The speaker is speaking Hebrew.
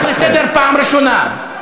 אני קורא אותך לסדר פעם ראשונה.